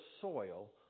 soil